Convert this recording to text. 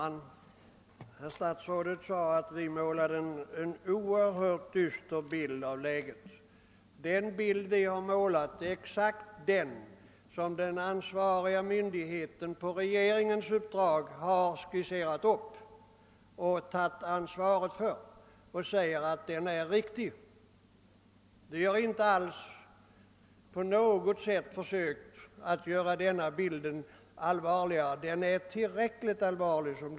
Herr talman! Statsrådet sade att vi reservanter målade en oerhört dyster bild av försörjningsläget. Den bild vi målat är exakt den som den ansvariga myndigheten på regeringens uppdrag har skisserat upp, tagit ansvaret för och betecknat som riktig. Vi har inte på något sätt försökt göra bilden allvarligare än den är.